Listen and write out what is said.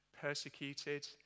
persecuted